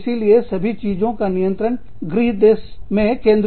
इसीलिए सभी चीजों का नियंत्रण गृह देश में केंद्रित होता है